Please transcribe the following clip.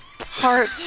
Heart